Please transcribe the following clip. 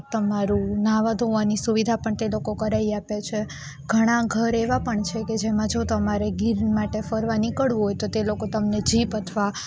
તમારું નાવા ધોવાની સુવિધા પણ તે લોકો કરાવી આપે છે ઘણાં ઘર એવા પણ છે જેમાં જો તમારે ગીર માટે ફરવા નીકળવું હોય તે લોકો તમને જીપ અથવા